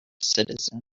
citizens